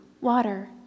water